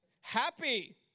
happy